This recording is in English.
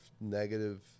negative